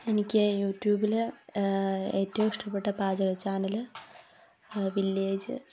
എനിക്ക് യുട്യൂബില് ഏറ്റവും ഇഷ്ടപ്പെട്ട പാചക ചാനല് വില്ലേജ്